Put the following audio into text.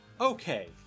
okay